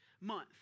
month